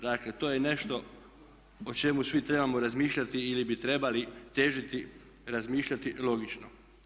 Dakle to je nešto o čemu svi trebamo razmišljati ili bi trebali težiti razmišljati logično.